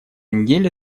неделе